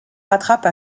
rattrape